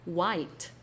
White